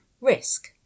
risk